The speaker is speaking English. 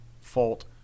fault